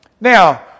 Now